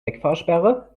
wegfahrsperre